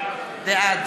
בעד